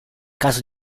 caso